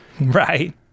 Right